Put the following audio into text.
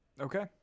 Okay